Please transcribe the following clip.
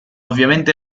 ovviamente